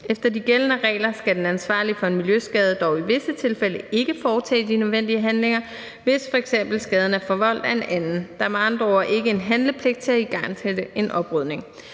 Efter de gældende regler skal den ansvarlige for en miljøskade dog i visse tilfælde ikke foretage de nødvendige handlinger, hvis f.eks. skaden er forvoldt af en anden. Der er med andre ord ikke en handlepligt til at igangsætte en oprydning.